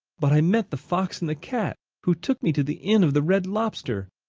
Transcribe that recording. but i met the fox and the cat, who took me to the inn of the red lobster.